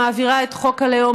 מעבירה את חוק הלאום,